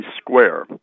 Square